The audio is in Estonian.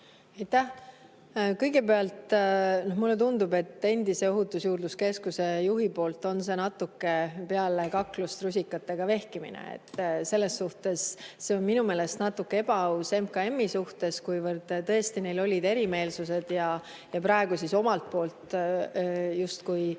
Kõigepealt, mulle tundub, et endise Ohutusjuurdluse Keskuse juhi poolt on see natuke nagu peale kaklust rusikatega vehkimine. Selles suhtes see on minu meelest natuke ebaaus MKM-i suhtes, kuivõrd tõesti neil olid erimeelsused ja praegu omalt poolt justkui